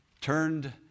turned